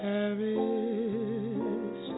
Paris